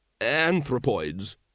Anthropoids